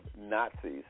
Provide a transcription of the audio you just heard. Nazis